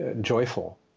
joyful